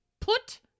put